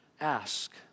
ask